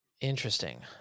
Interesting